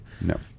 No